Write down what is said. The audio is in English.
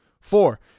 Four